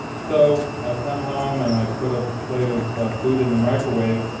so i come home and i put a plate of food in the microwave,